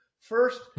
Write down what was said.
First